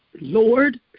Lord